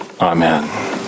Amen